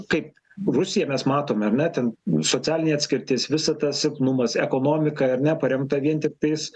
kaip rusija mes matome ar ne ten socialinė atskirtis visa tas silpnumas ekonomika ar ne paremta vien tiktais